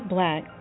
Black